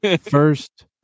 first